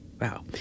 wow